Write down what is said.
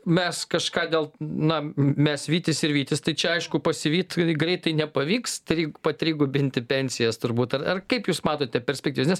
mes kažką dėl na mes vytis ir vytis tai čia aišku pasivyt greitai nepavyks trig patrigubinti pensijas turbūt ar ar kaip jūs matote perspektyvas nes